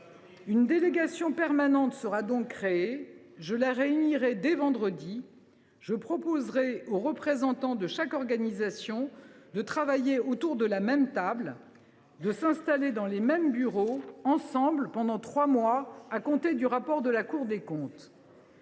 Une délégation permanente sera donc créée. Je la réunirai dès vendredi prochain. Je proposerai aux représentants de chaque organisation de travailler autour de la même table, de s’installer dans les mêmes bureaux, ensemble, pendant trois mois à dater du rapport de la Cour des comptes.